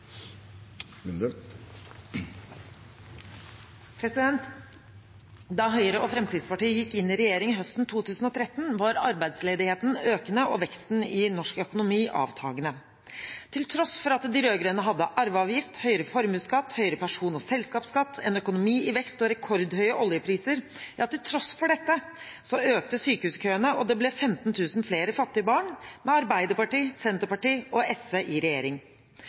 samarbeid. Da Høyre og Fremskrittspartiet gikk inn i regjering høsten 2013, var arbeidsledigheten økende og veksten i norsk økonomi avtakende. Til tross for at de rød-grønne hadde arveavgift, høyere formuesskatt, høyere person- og selskapsskatt, en økonomi i vekst og rekordhøye oljepriser, økte sykehuskøene, og det ble 15 000 flere fattige barn med Arbeiderpartiet, Senterpartiet og SV i regjering.